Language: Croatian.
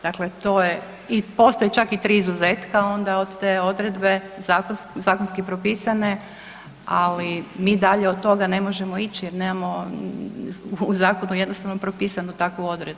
Dakle, to je, i postoje čak i tri izuzetka, a onda od te odredbe zakonski propisane, ali mi dalje od toga ne možemo ići jer nemamo u zakonu jednostavno propisanu takvu odredbu.